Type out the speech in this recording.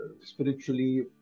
spiritually